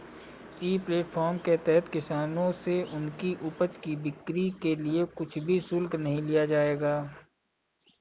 ई platform के तहत किसानों से उनकी उपज की बिक्री के लिए कुछ भी शुल्क नहीं लिया जाएगा